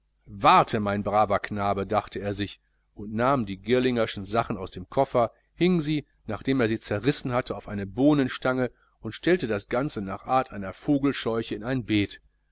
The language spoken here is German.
warte mein braver knabe dachte er sich und nahm die girlingerschen sachen aus dem koffer hing sie nachdem er sie zerrissen hatte auf eine bohnenstange und stellte das ganze nach art einer vogelscheuche in ein beet